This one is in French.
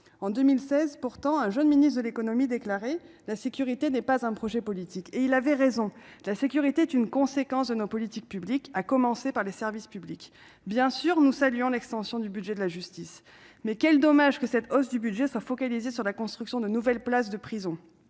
en 2016, un jeune ministre de l'économie déclarait :« La sécurité n'est pas un projet politique. » Il avait raison : elle est plutôt une conséquence de nos politiques publiques, à commencer par les services publics. Bien sûr, nous saluons l'extension du budget de la justice, mais quel dommage que cette hausse soit focalisée sur la construction de nouvelles places de prison,